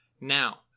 Now